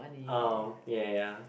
oh ya ya ya